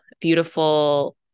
beautiful